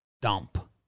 dump